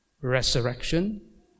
resurrection